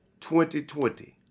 2020